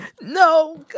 no